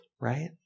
right